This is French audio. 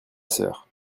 sœur